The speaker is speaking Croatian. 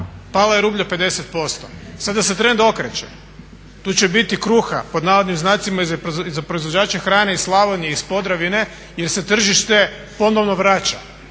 Pala je rublja 50%, sada se trend okreće, tu će "biti kruha" pod navodnim znacima i za proizvođače hrane iz Slavonije, iz Podravine jer se tržište ponovno vraća.